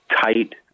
Tight